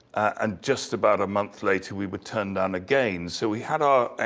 and just about a month later, we were turned down again. so we had our